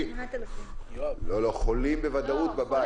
יש 8,000. חולים בוודאות בבית.